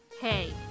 Hey